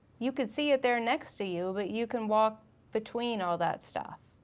you could see it there next to you but you can walk between all that stuff.